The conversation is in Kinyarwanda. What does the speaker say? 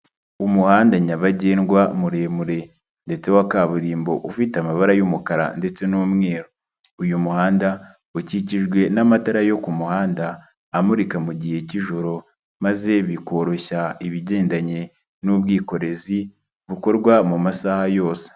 Umuhanda nyabagendwa muremure ndetse wa kaburimbo ufite amabara y'umukara ndetse n'umweru, uyu muhanda ukikijwe n'amatara yo ku muhanda amurika mu gihe cy'ijoro maze bikoroshya ibigendanye n'ubwikorezi bukorwa masaha yose.